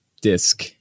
disc